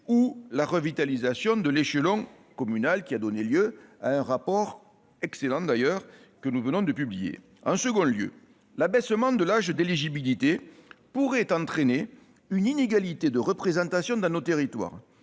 ou la revitalisation de l'échelon communal, qui a donné lieu à un excellent rapport que nous venons de publier. En deuxième lieu, l'abaissement de l'âge d'éligibilité pourrait entraîner une inégalité de représentation dans nos territoires.